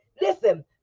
listen